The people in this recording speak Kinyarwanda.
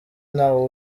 ntawe